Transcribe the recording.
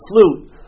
flute